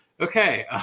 Okay